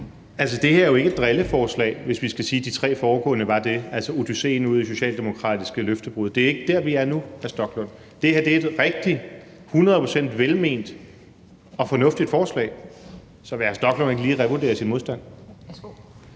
igen: Det her er jo altså ikke et drilleforslag, hvis vi skal sige, at de tre foregående var det, altså odysséen udi socialdemokratiske løftebrud. Det er ikke der, vi er nu, hr. Rasmus Stoklund. Det her er et rigtigt, hundrede procent velment og fornuftigt forslag. Så vil hr. Rasmus Stoklund ikke lige revurdere sin modstand?